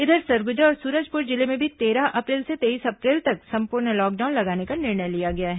इधर सरगुजा और सूरजपुर जिले में भी तेरह अप्रैल से तेईस अप्रैल तक संपूर्ण लॉकडाउन लगाने का निर्णय लिया गया है